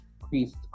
increased